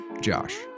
Josh